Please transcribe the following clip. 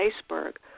iceberg